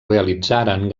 realitzaren